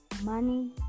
money